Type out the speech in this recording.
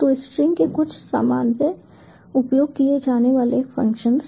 तो स्ट्रिंग के कुछ सामान्यतः उपयोग किए जाने वाले फंक्शंस